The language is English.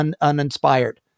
uninspired